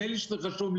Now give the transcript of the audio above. פסיכותרפיסטים,